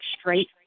straight